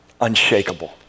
unshakable